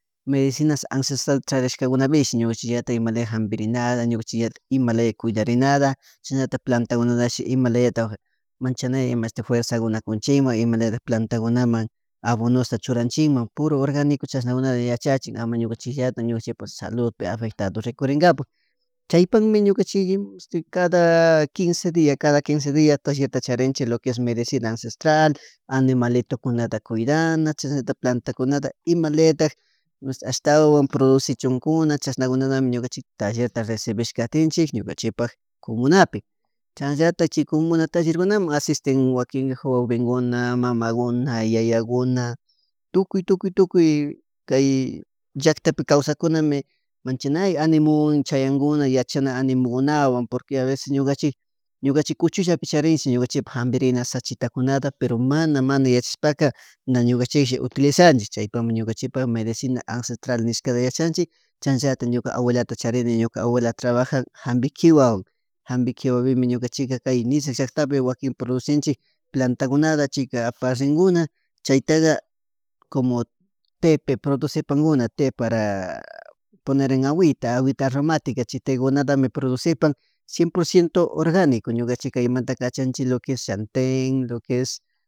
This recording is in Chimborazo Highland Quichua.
Medicinas ancestral charishkakunapish ñukanchikllatik imanaya jampirina ñukanchik imlaya cuidarinata chashnallatak plantakunatashi ima layata machanay fuerza kunakunchikmun ima plnatakunaman abonosta churnachikmun puro organico chashankunata yachachin ama ñukanchikllatik ñukanchikpak saludpi afectantado rikurinkapak chaypakmi ñukanchik cada quice dia cada quice diata taller charinchik lo es medicina ancestralanilatikaunata animalitukunata kuidana chashnallatak palantakunata imalayatak masti ashtawan producichun kuna chasnacunatami tallerta rescibishkatinchik ñukanchipak cumunapi, chashallatik chay comuna tallerkunamun asistentin wakin jovenkuna mamakuna yayaykuna, tukuy tukuy tukuy kay llaktapi kawsakunami manachay animuman chayankuna, yachana animukunawan porque a veces ñukanchik, ñukanchik kuchallapi ñukanchikpak jampirina shakitakunata pero mana mana yachashpaka na ñukanchisha utilizanchik chaypukmi ñukanchikpak medicina ancestral nishkata yachanchik chashnallatak ñuka abuelata chariny ñuka abuela trabajan jampi kiwa jampikiwapi ñukanchika kay Nizag llaktapi wakin producinchik plantakunata chayka aparrinkuna chayataka como té producipankuna té para para poner en agutita aguita aromatica chaytakunatami producipan cien por ciento orgánico ñukanchik chaymuntami cachanchik lo es llanten, lo que es